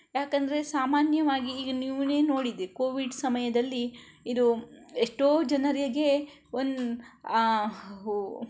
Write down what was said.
ಯಾಕಂದರೆ ಸಾಮನ್ಯವಾಗಿ ಈಗ ನೀವುನೇ ನೋಡಿದ್ದೀರಿ ಕೋವಿಡ್ ಸಮಯದಲ್ಲಿ ಇದು ಎಷ್ಟೋ ಜನರಿಗೆ ಒಂದು